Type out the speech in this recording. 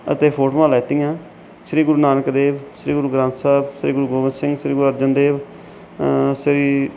ਅਤੇ ਫੋਟੋਆਂ ਲਈਆਂ ਸ਼੍ਰੀ ਗੁਰੂ ਨਾਨਕ ਦੇਵ ਸ਼੍ਰੀ ਗੁਰੂ ਗ੍ਰੰਥ ਸਾਹਿਬ ਸ਼੍ਰੀ ਗੁਰੂ ਗੋਬਿੰਦ ਸਿੰਘ ਸ਼੍ਰੀ ਗੁਰੂ ਅਰਜਨ ਦੇਵ ਸ਼੍ਰੀ